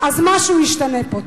משהו ישתנה פה.